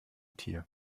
tier